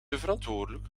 verantwoordelijk